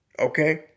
Okay